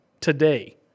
today